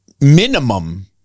minimum